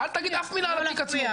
אל תגיד אף מילה על התיק עצמו,